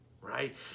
Right